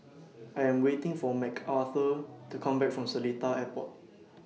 I Am waiting For Mcarthur to Come Back from Seletar Airport